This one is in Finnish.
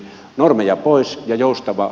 normeja pois ja joustava